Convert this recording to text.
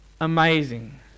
amazing